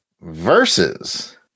versus